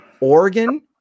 Oregon